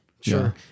Sure